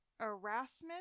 Erasmus